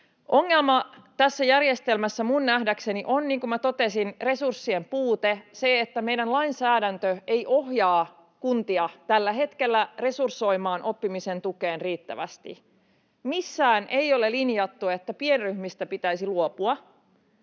Ongelma tässä järjestelmässä minun nähdäkseni on, niin kuin totesin, resurssien puute, [Eduskunnasta: Kyllä!] se, että meidän lainsäädäntö ei ohjaa kuntia tällä hetkellä resursoimaan oppimisen tukeen riittävästi. [Eduskunnasta: Juuri näin!] Missään ei ole linjattu, että pienryhmistä pitäisi luopua.